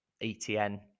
ETN